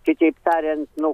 kiteip tariant nu